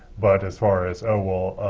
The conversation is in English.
but as far as, oh, well,